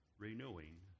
Renewing